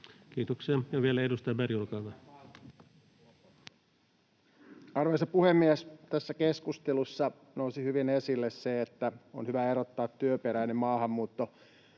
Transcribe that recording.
Kiitoksia. — Ja vielä edustaja Berg, olkaa hyvä. Arvoisa puhemies! Tässä keskustelussa nousi hyvin esille se, että on hyvä erottaa työperäinen maahanmuutto